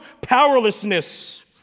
powerlessness